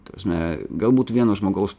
ta prasme galbūt vieno žmogaus